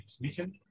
mission